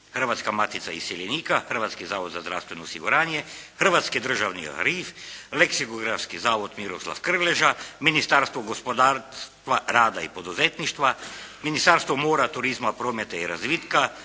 Hrvatska matica iseljenika, Hrvatski zavod za zdravstveno osiguranje, Hrvatski državni arhiv, Leksikografski zavod "Miroslav Krleža", Ministarstvo gospodarstva, rada i poduzetništva, Ministarstvo mora, turizma, prometa i razvitka,